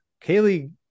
Kaylee